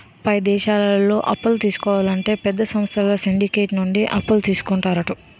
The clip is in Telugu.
పై దేశాల్లో అప్పులు తీసుకోవాలంటే పెద్ద సంస్థలు సిండికేట్ నుండి అప్పులు తీసుకుంటారు